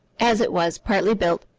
as it was, partly built,